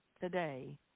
today